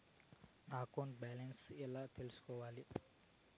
నా account balance ఎలా తెల్సుకోవాలి